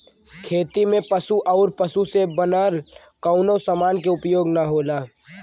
खेती में पशु आउर पशु से बनल कवनो समान के उपयोग ना होला